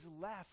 left